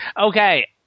Okay